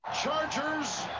Chargers